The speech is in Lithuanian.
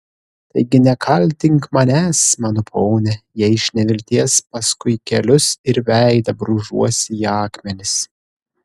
taigi nekaltink manęs mano pone jei iš nevilties paskui kelius ir veidą brūžuosi į akmenis